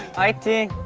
i think